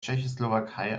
tschechoslowakei